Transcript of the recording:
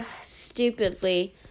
stupidly